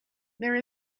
there